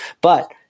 But-